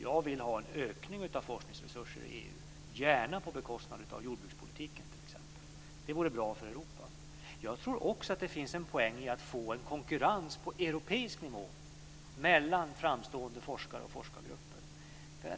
Jag vill ha en ökning av forskningsresurser i EU, gärna på bekostnad av t.ex. jordbrukspolitiken. Det vore bra för Europa. Jag tror också att det finns en poäng i att få en konkurrens på europeisk nivå mellan framstående forskare och forskargrupper.